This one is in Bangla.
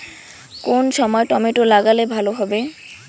কোন সময় টমেটো লাগালে ভালো হবে?